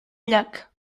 llac